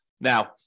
Now